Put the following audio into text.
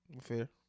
Fair